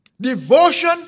Devotion